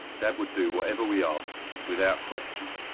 dad would do whatever we asked, without question,